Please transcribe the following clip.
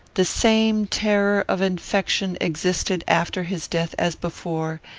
the same terror of infection existed after his death as before,